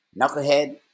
knucklehead